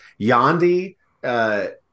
Yandi